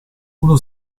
uno